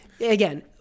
again